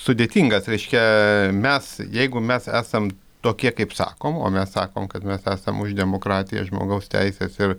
sudėtingas reiškia mes jeigu mes esam tokie kaip sakom o mes sakom kad mes esam už demokratiją žmogaus teises ir